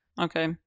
Okay